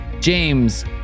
james